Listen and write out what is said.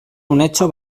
unetxo